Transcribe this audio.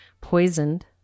poisoned